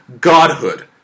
godhood